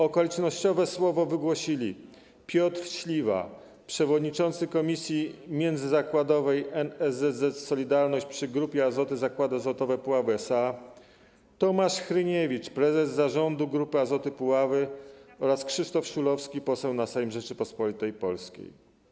Okolicznościowe słowo wygłosili Piotr Śliwa - przewodniczący Komisji Międzyzakładowej NSZZ „Solidarność” przy Grupie Azoty Zakłady Azotowe Puławy SA, Tomasz Hryniewicz - prezes zarządu Grupy Azoty Puławy oraz Krzysztof Szulowski - poseł na Sejm Rzeczypospolitej Polskiej.